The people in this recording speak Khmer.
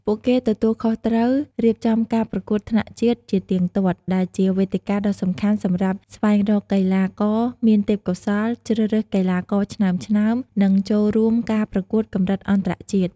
ពួកគេទទួលខុសត្រូវរៀបចំការប្រកួតថ្នាក់ជាតិជាទៀងទាត់ ដែលជាវេទិកាដ៏សំខាន់សម្រាប់ ស្វែងរកកីឡាករមានទេពកោសល្យ ជ្រើសរើសកីឡាករឆ្នើមៗ និងចូលរួមការប្រកួតកម្រិតអន្តរជាតិ។